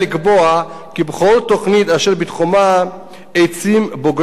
כי בכל תוכנית אשר בתחומה עצים בוגרים,